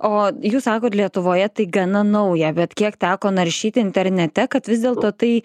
o jūs sakot lietuvoje tai gana nauja bet kiek teko naršyti internete kad vis dėlto tai